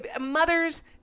mothers